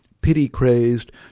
pity-crazed